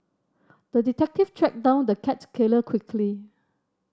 the detective tracked down the cat killer quickly